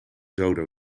dodo